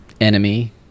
enemy